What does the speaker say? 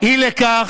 אי לכך,